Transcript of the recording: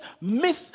myth